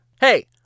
Hey